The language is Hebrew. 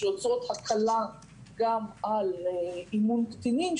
שיוצרות הקלה גם על אימון קטינים,